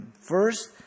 First